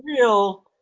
real